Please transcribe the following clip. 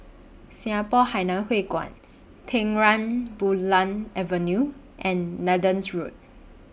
Singapore Hainan Hwee Kuan Terang Bulan Avenue and Nathan Road